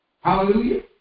Hallelujah